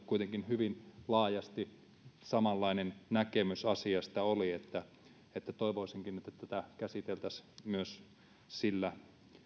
kuitenkin hyvin laajasti samanlainen näkemys asiasta oli toivoisinkin nyt että tätä käsiteltäisiin myös sillä